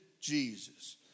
Jesus